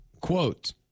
quote